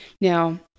Now